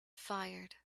fired